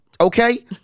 Okay